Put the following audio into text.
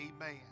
amen